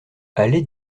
allée